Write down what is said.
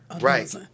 Right